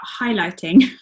highlighting